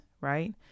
Right